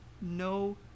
no